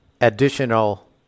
additional